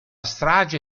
strage